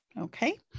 okay